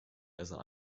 besser